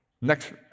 Next